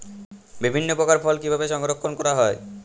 বিভিন্ন প্রকার ফল কিভাবে সংরক্ষণ করা হয়?